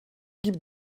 gibi